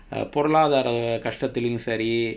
uh பொருளாதார கஷ்டத்திலையும் சரி:porulaathaara kashtaththilayum sari